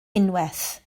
unwaith